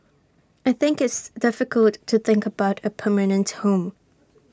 I think it's difficult to think about A permanent home